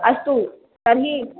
अस्तु तर्हि